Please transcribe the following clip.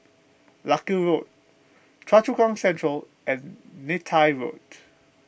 Larkhill Road Choa Chu Kang Central and Neythai Road